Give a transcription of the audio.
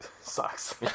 sucks